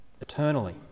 eternally